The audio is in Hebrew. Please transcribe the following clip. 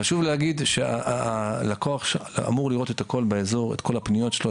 חשוב להגיד שהלקוח אמור לראות את כל הפניות שלו,